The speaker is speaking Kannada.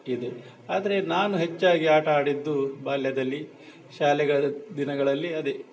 ಇದೆ ಆದರೆ ನಾನು ಹೆಚ್ಚಾಗಿ ಆಟ ಆಡಿದ್ದು ಬಾಲ್ಯದಲ್ಲಿ ಶಾಲೆಗಳ ದಿನಗಳಲ್ಲಿ ಅದೆ